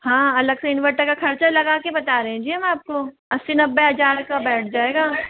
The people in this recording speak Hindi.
हाँ अलग से इन्वर्टर का ख़र्च लगा के बता रहे हैं जी हम आपको अस्सी नब्बे हज़ार का बैठ जाएगा